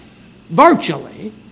virtually